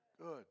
good